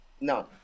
no